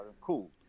cool